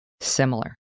similar